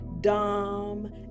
dom